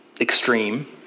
extreme